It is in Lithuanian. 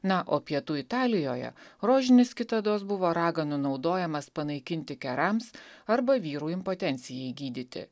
na o pietų italijoje rožinis kitados buvo raganų naudojamas panaikinti kerams arba vyrų impotencijai gydyti